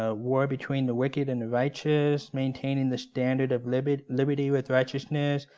ah war between the wicked and the righteous, maintaining the standard of liberty liberty with righteousness,